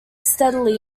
steadily